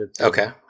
Okay